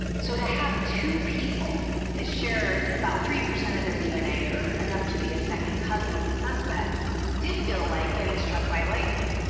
so to have two people that shared about three percent of their dna or enough to be a second cousin with the suspect did feel like getting struck by lightning.